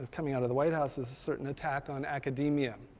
coming out of the white house is a certain attack on academia.